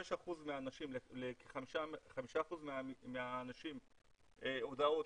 לכ-5% מהאנשים הודעות,